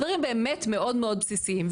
דברים באמת מאוד מאוד בסיסיים.